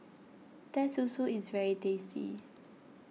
Teh Susu is very tasty